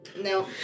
No